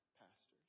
pastors